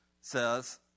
says